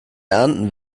ernten